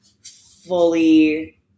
fully